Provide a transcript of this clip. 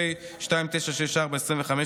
פ/2964/25,